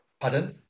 Pardon